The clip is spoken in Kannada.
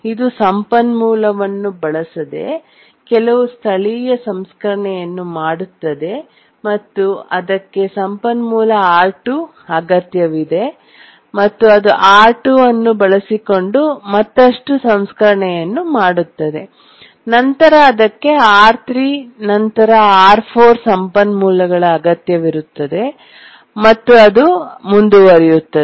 ಇದು ಸಂಪನ್ಮೂಲವನ್ನು ಬಳಸದೆ ಕೆಲವು ಸ್ಥಳೀಯ ಸಂಸ್ಕರಣೆಯನ್ನು ಮಾಡುತ್ತದೆ ಮತ್ತು ನಂತರ ಅದಕ್ಕೆ ಸಂಪನ್ಮೂಲ R2 ಅಗತ್ಯವಿದೆ ಮತ್ತು ಅದು R2 ಅನ್ನು ಬಳಸಿಕೊಂಡು ಮತ್ತಷ್ಟು ಸಂಸ್ಕರಣೆಯನ್ನು ಮಾಡುತ್ತದೆ ನಂತರ ಅದಕ್ಕೆ R3 ನಂತರ R4 ಸಂಪನ್ಮೂಲಗಳ ಅಗತ್ಯವಿದೆ ಮತ್ತು ಅದು ಮುಂದುವರಿಯುತ್ತದೆ